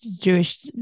Jewish